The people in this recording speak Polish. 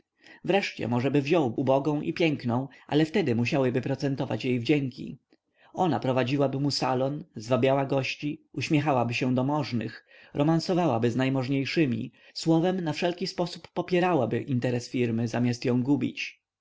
wreszcie możeby wziął ubogą i piękną ale wtedy musiałyby procentować jej wdzięki ona prowadziłaby mu salon zwabiała gości uśmiechałaby się do możnych romansowałaby z najmożniejszymi słowem na wszelki sposób popierałaby interes firmy zamiast ją gubić